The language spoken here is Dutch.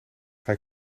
hij